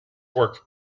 work